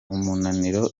umunaniro